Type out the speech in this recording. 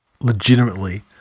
legitimately